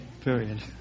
Period